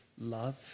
love